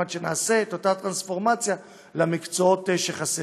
כדי שנעשה את אותה טרנספורמציה למקצועות שחסרים.